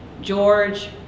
George